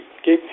okay